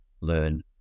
learn